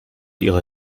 ihre